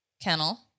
kennel